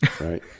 Right